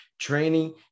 training